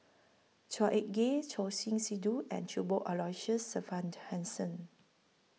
Chua Ek Kay Choor Singh Sidhu and Cuthbert Aloysius Shepherdson